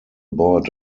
board